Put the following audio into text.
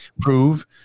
prove